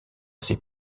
ses